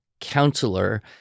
counselor